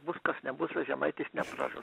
bus kas nebus o žemaitis nepražus